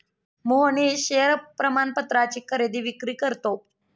Mohnish share प्रमाणपत्राची खरेदी विक्री करतो